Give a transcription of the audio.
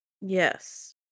Yes